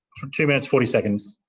two two minutes, forty seconds.